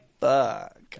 Fuck